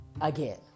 again